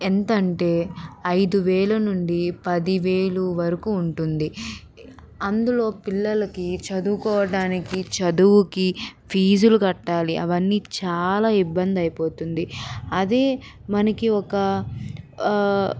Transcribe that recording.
ఎంత అంటే ఐదు వేల నుండి పది వేలు వరకు ఉంటుంది అందులో పిల్లలకి చదువుకోవడానికి చదువుకి ఫీజులు కట్టాలి అవన్నీ చాలా ఇబ్బంది అయిపోతుంది అదే మనకు ఒక